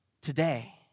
today